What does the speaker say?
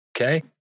Okay